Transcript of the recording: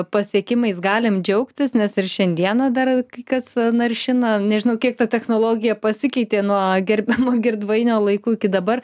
pasiekimais galim džiaugtis nes ir šiandieną dar kai kas naršina nežinau kiek ta technologija pasikeitė nuo gerbiamo girdvainio laikų iki dabar